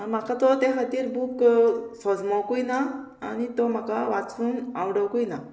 म्हाका तो त्या खातीर बूक सोजमोकूय ना आनी तो म्हाका वाचून आवडोकूय ना